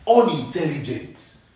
Unintelligent